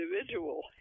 individual